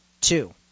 Two